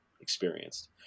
experienced